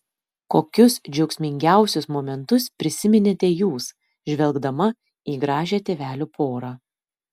kokius džiaugsmingiausius momentus prisiminėte jūs žvelgdama į gražią tėvelių porą